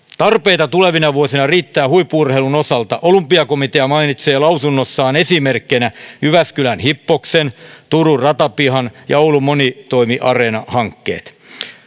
tarpeita tulevina vuosina riittää huippu urheilun osalta olympiakomitea mainitsee lausunnossaan esimerkkeinä jyväskylän hippoksen turun ratapihan ja oulun monitoimiareenan hankkeet